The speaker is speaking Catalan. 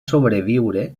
sobreviure